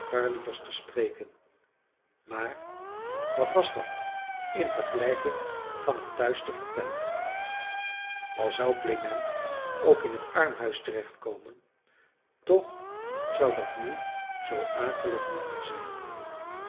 dalecarliërs te spreken maar wat was dat in vergelijking van het thuis te vertellen al zou klement ook in het armhuis terecht komen toch zou dat nu zoo akelig niet meer zijn